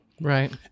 Right